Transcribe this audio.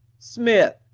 smith,